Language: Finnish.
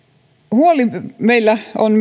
huoli meillä on